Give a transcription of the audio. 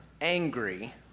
angry